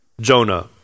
Jonah